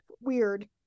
weird